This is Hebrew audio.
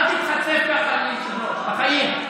אל תתחצף ככה ליושב-ראש, בחיים.